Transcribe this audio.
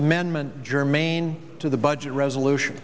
amendment germane to the budget resolution